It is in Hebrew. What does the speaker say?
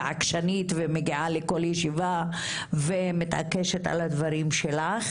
ועקשנית ומגיעה לכל ישיבה ומתעקשת על הדברים שלך,